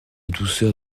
douceur